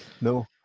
No